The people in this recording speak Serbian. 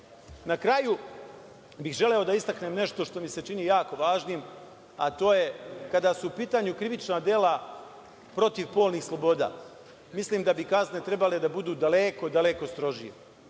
kraju bih želeo da istaknem nešto što mi se čini jako važnim, a to je kada su u pitanju krivična dela protiv polnih sloboda, mislim da bi kazne trebale da budu daleko, daleko strožije. Ono